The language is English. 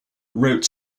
wrote